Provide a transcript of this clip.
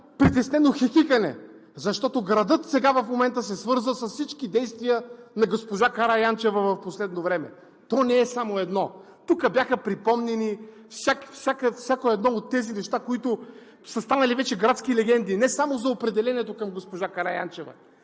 притеснено хихикане, защото градът сега в момента се свързва с всички действия на госпожа Караянчева в последно време. То не е само едно. Тук бяха припомняни всяко едно от тези неща, които са станали вече градски легенди – не само за определението към госпожа Караянчева,